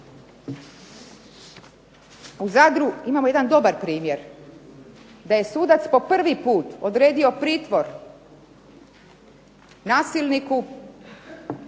U Zadru imamo jedan dobar primjer da je sudac po prvi put odredio pritvor nasilniku